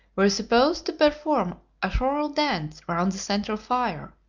were supposed to perform a choral dance round the central fire,